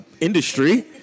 industry